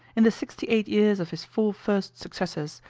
in the sixty-eight years of his four first successors,